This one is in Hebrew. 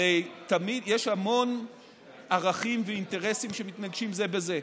הרי יש המון ערכים ואינטרסים שמתנגשים זה בזה,